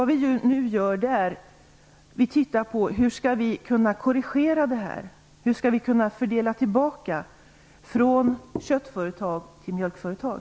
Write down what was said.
Nu tittar vi på hur vi skall kunna korrigera detta, hur vi skall kunna fördela tillbaka stödet från köttföretag till mjölkföretag.